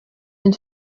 une